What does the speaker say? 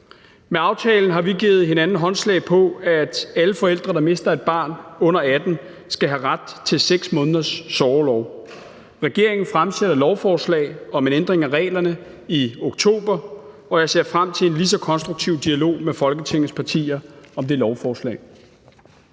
Med aftalen har vi givet hinanden håndslag på, at alle forældre, der mister et barn under 18, skal have ret til 6 måneders sorgorlov. Regeringen fremsætter lovforslag om en ændring af reglerne i oktober, og jeg ser frem til en lige så konstruktiv dialog med Folketingets partier om det lovforslag.